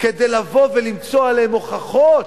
כדי לבוא ולמצוא עליהם הוכחות,